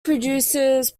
produces